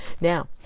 Now